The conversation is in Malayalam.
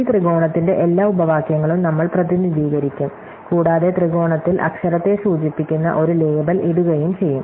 ഈ ത്രികോണത്തിന്റെ എല്ലാ ഉപവാക്യങ്ങളും നമ്മൾ പ്രതിനിധീകരിക്കും കൂടാതെ ത്രികോണത്തിൽ അക്ഷരത്തെ സൂചിപ്പിക്കുന്ന ഒരു ലേബൽ ഇടുകയും ചെയ്യും